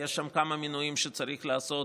שיש שם כמה מינויים שצריך לעשות,